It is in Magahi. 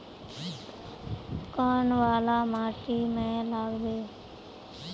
कौन वाला माटी में लागबे?